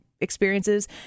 experiences